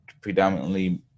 predominantly